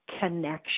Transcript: connection